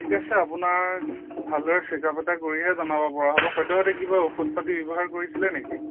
ঠিক আছে আপোনাৰ ভালদৰে চেক আপ এটা কৰিহে জনাব পৰা হ'ব সদ্যহতে কিবা ঔষধ পাতি ব্যৱহাৰ কৰিছিলে নেকি